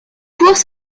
cours